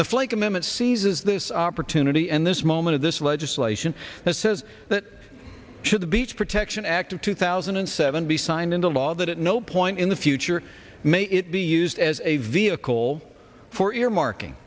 the flake amendment seizes this opportunity and this moment of this legislation that says that should the beach protection act of two thousand and seven be signed into law that at no point in the future may it be used as a vehicle for earmarking